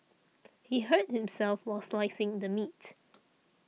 he hurt himself while slicing the meat